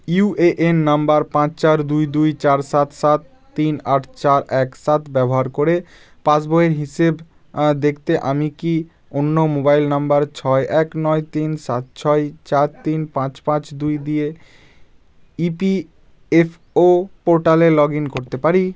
UAN number পাঁচ চার দুই দুই চার সাত সাত তিন আট চার এক সাত ব্যবহার করে পাসবইয়ের হিসেব দেখতে আমি কি অন্য মোবাইল নাম্বার ছয় এক নয় তিন সাত ছয় চার তিন পাঁচ পাঁচ দুই দিয়ে ইপিএফও পোর্টালে লগ ইন করতে পারি